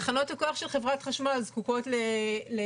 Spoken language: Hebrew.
תחנות הכוח של חברת חשמל זקוקות לים